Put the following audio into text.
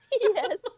Yes